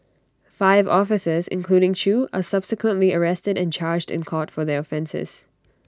five officers including chew are subsequently arrested and charged in court for their offences